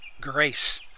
grace